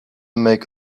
make